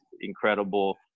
incredible